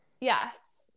yes